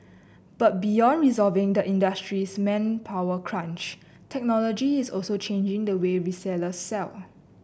but beyond resolving the industry's manpower crunch technology is also changing the way retailers sell